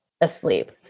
asleep